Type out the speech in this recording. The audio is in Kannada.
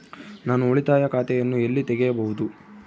ನಾನು ಉಳಿತಾಯ ಖಾತೆಯನ್ನು ಎಲ್ಲಿ ತೆರೆಯಬಹುದು?